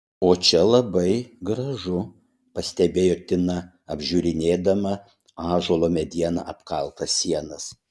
o čia labai gražu pastebėjo tina apžiūrinėdama ąžuolo mediena apkaltas sienas